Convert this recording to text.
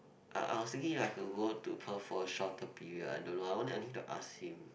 I I was thinking I have to go to Perth for a shorter period I don't know I wanna I need to ask him